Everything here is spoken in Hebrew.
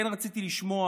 כן רציתי לשמוע,